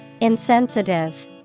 Insensitive